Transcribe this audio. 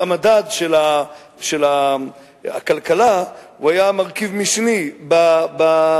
המדד של הכלכלה היה מרכיב משני בערך,